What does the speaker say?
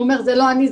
הוא אומר זה לא אני,